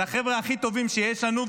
זה החבר'ה הכי טובים שיש לנו,